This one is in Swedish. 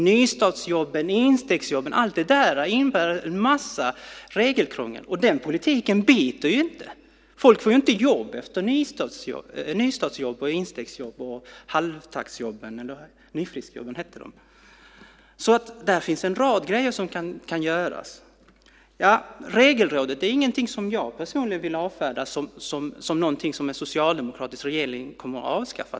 Nystartsjobben, instegsjobben och allt det där innebär en massa regelkrångel, och den politiken biter inte. Folk får inte jobb efter nystartsjobb, instegsjobb och halvtaktsjobb, eller nyfriskjobb som de hette. Där finns en rad grejer som kan göras. Regelrådet är ingenting som jag personligen vill avfärda som någonting som en socialdemokratisk regering kommer att avskaffa.